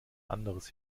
anderes